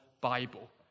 Bible